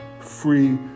free